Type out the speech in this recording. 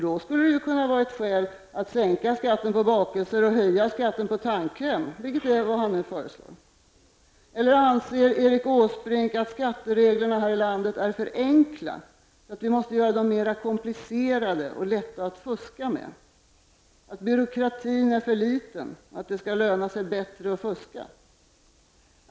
Det skulle kunna vara ett skäl att sänka skatten på bakelser och höja skatten på tandkräm, vilket är vad han nu föreslår. Anser Erik Åsbrink att skattereglerna här i landet är för enkla, så att vi måste göra dem mer komplicerade och lätta att fuska med, att byråkratin är för liten och att det skall löna sig bättre att fuska?